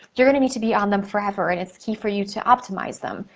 you're gonna need to be on them forever, and it's key for you to optimize them.